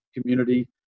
community